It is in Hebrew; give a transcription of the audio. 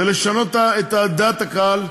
ולשנות את דעת הקהל.